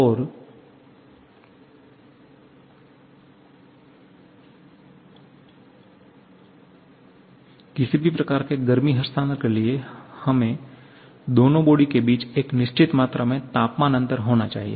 और किसी भी प्रकार के गर्मी हस्तांतरण के लिए हमें दोनों बॉडी के बीच एक निश्चित मात्रा में तापमान अंतर होना चाहिए